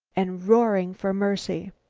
and roaring for mercy.